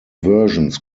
versions